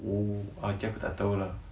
oh okay tu aku tak tahu lah